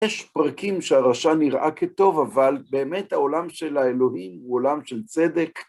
יש פרקים שהרשע נראה כטוב, אבל באמת העולם של האלוהים הוא עולם של צדק.